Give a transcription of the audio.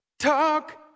Talk